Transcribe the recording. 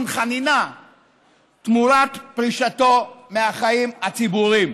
חנינה תמורת פרישתו מהחיים הציבוריים.